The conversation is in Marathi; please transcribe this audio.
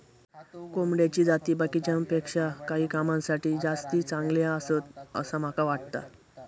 कोंबड्याची जाती बाकीच्यांपेक्षा काही कामांसाठी जास्ती चांगले आसत, असा माका वाटता